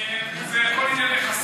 זה הכול עניין יחסי.